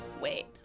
wait